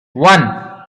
one